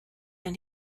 and